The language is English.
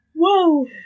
Whoa